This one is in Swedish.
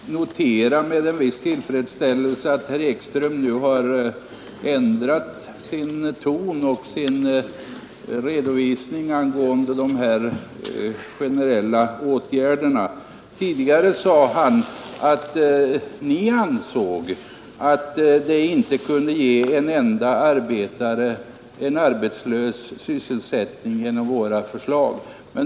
Herr talman! Jag vill först med en viss tillfredsställelse notera att herr Ekström nu har ändrat sin ton och sin framställning beträffande de generella åtgärderna. Tidigare sade han att inte en enda arbetslös kunde ges sysselsättning genom våra förslag.